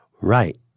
Right